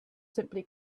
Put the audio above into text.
simply